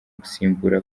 gusimbura